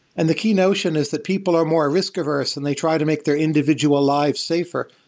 and the key notion is that people are more risk-averse and they try to make their individual lives safer,